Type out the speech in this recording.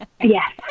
Yes